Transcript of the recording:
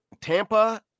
Tampa